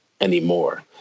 anymore